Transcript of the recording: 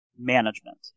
management